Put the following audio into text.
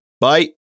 Bye